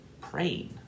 praying